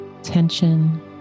Tension